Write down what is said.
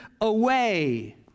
away